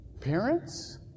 Parents